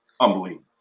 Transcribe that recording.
unbelievable